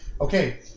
okay